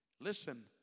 Listen